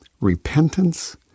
repentance